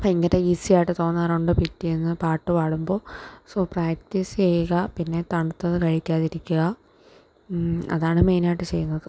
ഭയങ്കര ഈസിയായിട്ടു തോന്നാറുണ്ട് പിറ്റേന്നു പാട്ടു പാടുമ്പോൾ സൊ പ്രാക്സ്റ്റീസ് ചെയ്യുക പിന്നെ തണുത്തതു കഴിക്കാതിരിക്കുക അതാണ് മെയിനായിട്ടു ചെയ്യുന്നത്